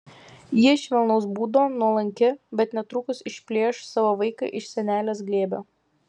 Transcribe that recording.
ji švelnaus būdo nuolanki bet netrukus išplėš savo vaiką iš senelės glėbio